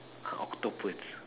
ah octopus